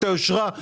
סעיף 2, הגדרות.